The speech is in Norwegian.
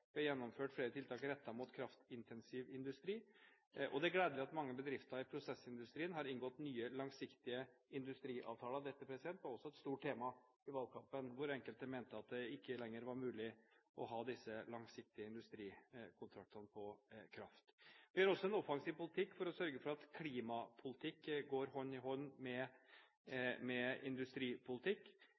vi har gjennomført flere tiltak rettet mot kraftintensiv industri. Det er gledelig at mange bedrifter i prosessindustrien har inngått nye langsiktige kraftavtaler. Dette var også et stort tema i valgkampen, hvor enkelte mente at det ikke lenger var mulig å ha disse langsiktige industrikontraktene om kraft. Vi har også en offensiv politikk for å sørge for at klimapolitikk går hånd i hånd med industripolitikk.